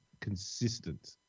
consistent